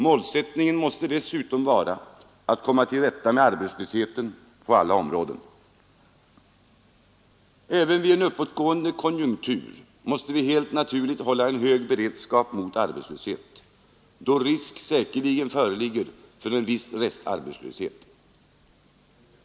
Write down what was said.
Målsättningen måste dessutom vara att komma till rätta med arbetslösheten på alla områden. Även vid en uppåtgående konjunktur måste vi helt naturligt hålla en hög beredskap mot arbetslöshet, då risk säkerligen föreligger för en viss restarbetslöshet.